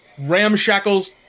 ramshackles